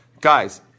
Guys